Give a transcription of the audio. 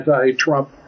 anti-Trump